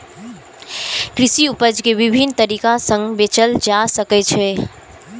कृषि उपज कें विभिन्न तरीका सं बेचल जा सकै छै